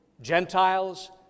Gentiles